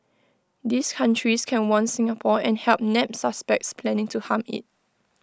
these countries can warn Singapore and help nab suspects planning to harm IT